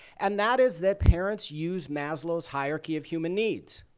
and that is that parents use maslow's hierarchy of human needs.